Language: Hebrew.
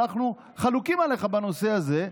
אנחנו חלוקים עליך בנושא הזה,